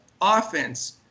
offense